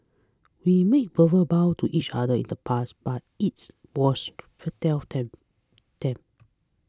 we made verbal bows to each other in the past but its was futile attempt attempt